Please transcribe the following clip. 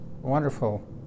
wonderful